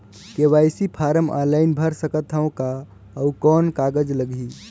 KYC form online भर सकत हवं का? अउ कौन कागज लगही?